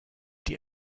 die